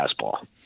fastball